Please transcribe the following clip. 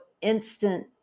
instant